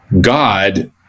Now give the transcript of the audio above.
God